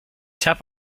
tap